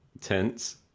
tense